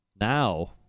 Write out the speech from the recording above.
Now